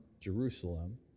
Jerusalem